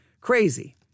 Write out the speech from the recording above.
crazy